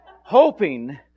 hoping